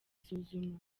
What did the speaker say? isuzuma